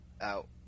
out